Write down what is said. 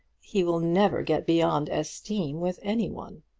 he will never get beyond esteem with any one.